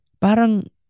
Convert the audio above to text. parang